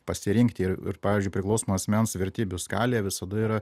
pasirinkti ir ir pavyzdžiui priklausomo asmens vertybių skalė visada yra